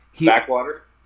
Backwater